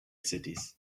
cities